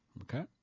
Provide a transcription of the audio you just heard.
Okay